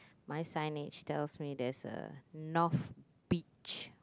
my signage tells me there's a north beach